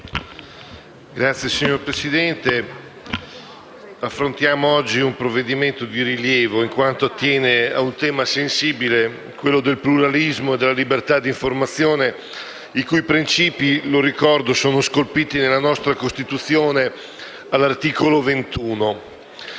*(PD)*. Signor Presidente, affrontiamo oggi un provvedimento di rilievo in quanto attiene al sensibile tema del pluralismo e della libertà di informazione, i cui principi - lo ricordo - sono scolpiti nella nostra Costituzione all'articolo 21.